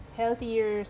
healthier